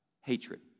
hatred